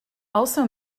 also